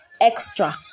extra